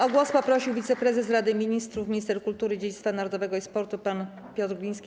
O głos poprosił wiceprezes Rady Ministrów, minister kultury, dziedzictwa narodowego i sportu pan Piotr Gliński.